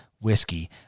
whiskey